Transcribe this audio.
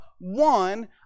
one